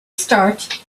start